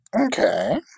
Okay